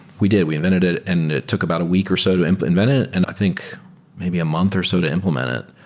we did. we invented it and it took about a week or so to and but invent it, and i think maybe a month or so to implement it.